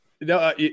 No